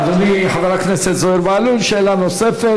אדוני חבר הכנסת זוהיר בהלול, שאלה נוספת.